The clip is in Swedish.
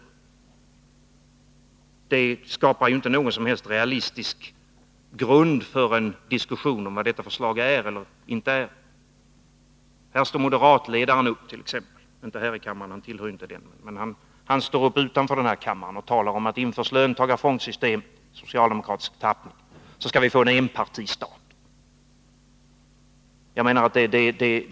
Det skapar inte någon som helst realistisk grund för en diskussion om vad förslaget är eller inte är. Moderatledaren står upp - inte här i kammaren, eftersom han inte tillhör den, men utanför den — och säger att om löntagarfondssystemet i socialdemokratisk tappning införs skall vi få en enpartistat.